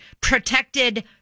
protected